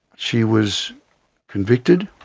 she was convicted,